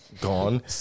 gone